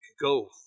go